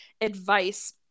advice